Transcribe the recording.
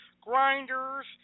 grinders